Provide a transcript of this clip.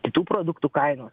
kitų produktų kainos